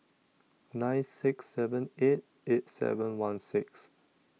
nine six seven eight eight seven one six